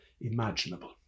imaginable